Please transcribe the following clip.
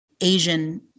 asian